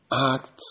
Acts